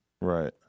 Right